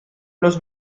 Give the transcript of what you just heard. los